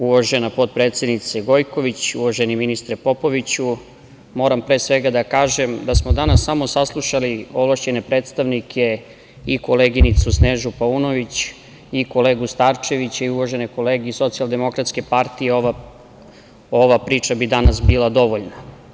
Uvažena potpredsednice Gojković, uvaženi ministre Popoviću, moram pre svega da kažem da smo danas samo saslušali ovlašćene predstavnike i koleginicu Snežanu Paunović, i kolegu Starčevića, i uvažene kolege iz SDS, ova priča bi danas bila dovoljna.